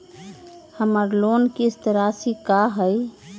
हमर लोन किस्त राशि का हई?